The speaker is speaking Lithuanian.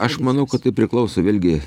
aš manau kad tai priklauso vėlgi